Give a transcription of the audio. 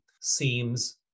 seems